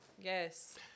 Yes